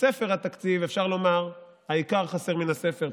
בספר התקציב, אפשר לומר, העיקר חסר מן הספר.